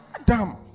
Adam